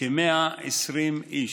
כ-120 איש.